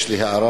יש לי הערה,